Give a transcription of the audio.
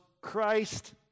Christ